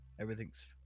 Everything's